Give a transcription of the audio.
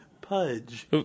Pudge